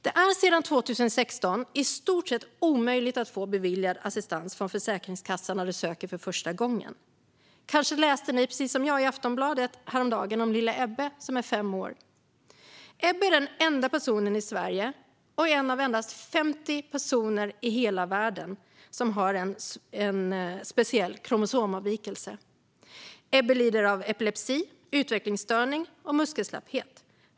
Det är sedan 2016 i stort sett omöjligt att få assistans beviljad från Försäkringskassan när man söker för första gången. Kanske läste ni precis som jag i Aftonbladet häromdagen om lille Ebbe som är fem år. Ebbe är den enda person i Sverige, och en av endast 50 personer i hela världen, som har en speciell kromosomavvikelse. Ebbe lider av epilepsi, utvecklingsstörning och muskelslapphet.